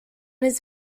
his